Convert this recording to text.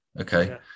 Okay